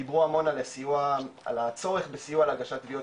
דיברו המון על סיוע על צורך בסיוע להגשת תביעות